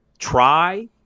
try